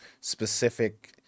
specific